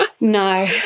no